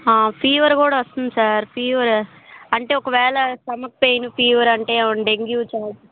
fever కూడా వస్తుంది sir fever అంటే ఒకవేళ స్టమక్ పెయిను ఫీవర్ అంటే ఏమైనా డెంగ్యూ చా